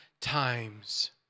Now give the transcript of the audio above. times